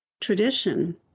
tradition